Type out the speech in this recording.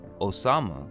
Osama